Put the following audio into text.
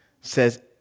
says